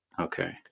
Okay